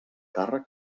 càrrec